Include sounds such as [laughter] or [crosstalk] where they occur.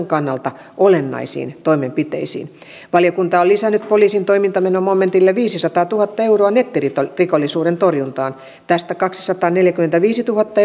[unintelligible] kannalta olennaisiin toimenpiteisiin valiokunta on lisännyt poliisin toimintamenomomentille viisisataatuhatta euroa nettirikollisuuden torjuntaan tästä kaksisataaneljäkymmentäviisituhatta [unintelligible]